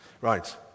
Right